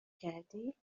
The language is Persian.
کردی